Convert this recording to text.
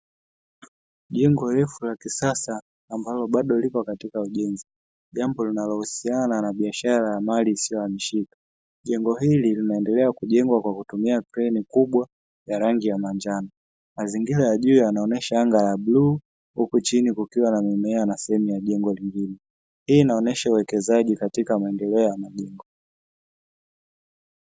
Jengo refu la kisasa ambalo bado liko katika ujenzi jambo linalohusiana na biashara ya mali isiyo hamishika. Jengo hili linaendelea kujengwa kwa kutumia kreni kubwa ya rangi ya manjano, mazingira ya juu yanaonyesha anga la bluu huku chini kukiwa na mimea na sehemu ya jengo lingine, hii inaonesha uwekezaji katika maendeleo ya majengo.